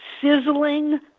sizzling